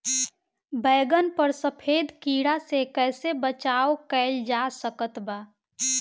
बैगन पर सफेद कीड़ा से कैसे बचाव कैल जा सकत बा?